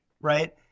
right